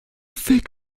effet